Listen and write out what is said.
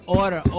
order